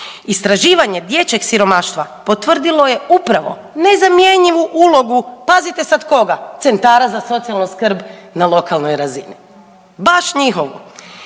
Istraživanje dječjeg siromaštva potvrdilo je upravo nezamjenjivu ulogu, pazite sad koga, centara za socijalnu skrb na lokalnoj razini. Baš njihovo,